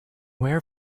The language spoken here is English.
where